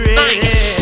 nice